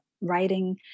writing